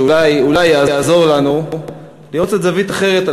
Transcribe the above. שאולי יעזור לנו לראות זווית קצת אחרת על